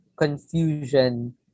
confusion